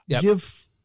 give